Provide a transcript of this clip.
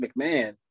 McMahon